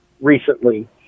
recently